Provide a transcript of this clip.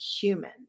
human